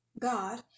God